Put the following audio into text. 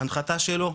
הנחתה שלו,